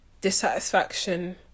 dissatisfaction